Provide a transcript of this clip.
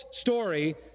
story